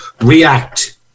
react